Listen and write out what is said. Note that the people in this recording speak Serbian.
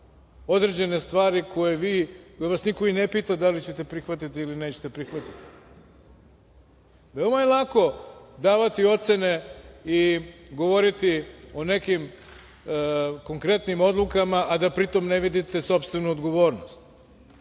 određene stvari koje vas niko i ne pita da li ćete prihvatiti ili nećete prihvatiti. Veoma je lako davati ocene i govoriti o nekim konkretnim odlukama, a da pritom ne vidite sopstvenu odgovornost.